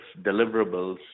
deliverables